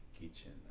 kitchen